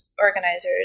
organizers